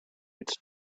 its